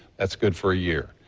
that's good for a year.